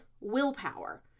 willpower